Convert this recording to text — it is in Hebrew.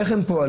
איך הם פועלים,